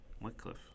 Wycliffe